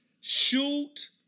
Shoot